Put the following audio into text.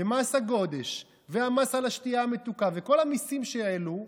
מס הגודש והמס על השתייה המתוקה וכל המיסים שהעלו,